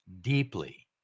deeply